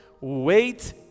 wait